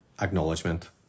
acknowledgement